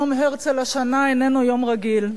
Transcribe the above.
יום הרצל השנה איננו יום רגיל.